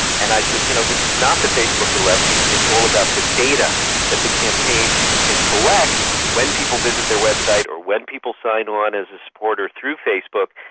and i said, you know, this is not the facebook election, it's all about the data that the campaigns can collect about when people visit their website or when people sign on as a supporter through facebook,